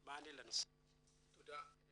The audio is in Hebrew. תודה.